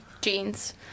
jeans